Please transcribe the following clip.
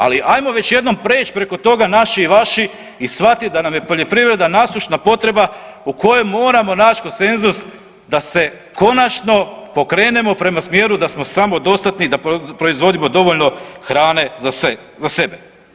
Ali ajmo već jednom preći preko toga naši i vaši i shvatiti da nam je poljoprivreda nasušna potreba o kojoj moramo naći konsenzus da se konačno pokrenemo prema smjeru da smo samodostatni i da proizvodimo dovoljno hrane za sebe.